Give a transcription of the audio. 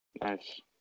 Nice